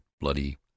bloody